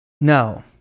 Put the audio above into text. No